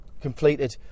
completed